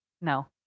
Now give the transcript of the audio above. No